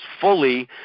fully